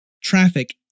traffic